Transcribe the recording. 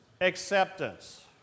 Acceptance